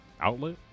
outlet